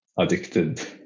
addicted